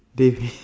dey